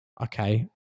Okay